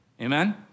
amen